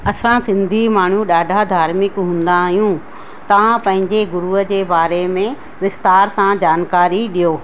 असां सिंधी माण्हू ॾाढा धार्मिक हूंदा आहियूं तव्हां पंहिंजे गुरूअ जे बारे में विस्तार सां जानकारी ॾियो